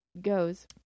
goes